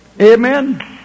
Amen